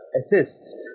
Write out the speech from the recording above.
assists